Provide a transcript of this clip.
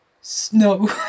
Snow